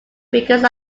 because